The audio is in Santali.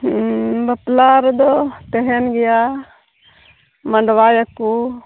ᱵᱟᱯᱞᱟ ᱨᱮᱫᱚ ᱛᱟᱦᱮᱱ ᱜᱮᱭᱟ ᱢᱟᱸᱰᱣᱟᱭᱟᱠᱚ